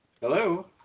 Hello